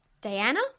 Diana